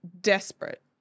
desperate